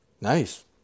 Nice